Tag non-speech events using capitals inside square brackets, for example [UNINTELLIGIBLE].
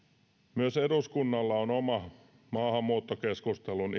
myös eduskunnalla on oma maahanmuuttokeskustelun [UNINTELLIGIBLE]